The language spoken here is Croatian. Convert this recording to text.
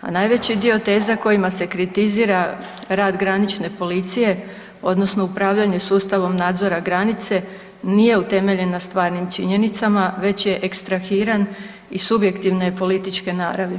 a najveći dio teza kojima se kritizira rad granične policije odnosno upravljanje sustavom nadzora granice nije utemeljen na stvarnim činjenicama već je ekstrahiran i subjektivne je političke naravi.